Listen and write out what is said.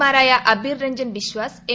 മാരായ അബിർ രഞ്ജൻ ബിശ്വാസ് എം